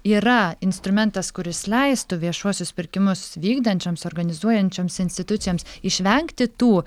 yra instrumentas kuris leistų viešuosius pirkimus vykdančioms organizuojančioms institucijoms išvengti tų